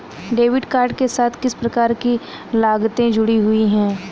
Debit card के साथ किस प्रकार की लागतें जुड़ी हुई हैं?